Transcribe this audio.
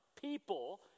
people